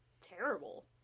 terrible